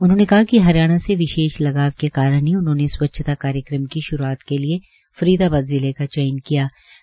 उन्होंने कहा कि हरियाणा से विशेष लगाव के कारण ही उन्होंने स्वच्छता कार्यक्रम की श्रूआत के लिए फरीदाबाद जिले का चयन कयिा